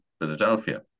Philadelphia